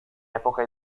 epoca